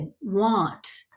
want